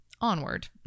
onward